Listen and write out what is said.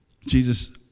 Jesus